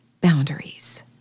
boundaries